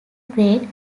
great